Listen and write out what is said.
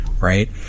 right